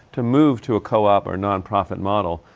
to move to a co-op or non-profit model,